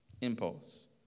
Impulse